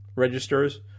registers